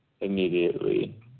immediately